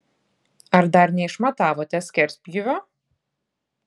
ar dar neišmatavote skerspjūvio